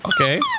Okay